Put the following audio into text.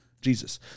Jesus